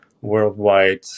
worldwide